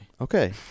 okay